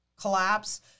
collapse